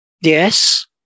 Yes